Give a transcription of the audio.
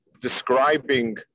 describing